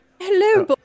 hello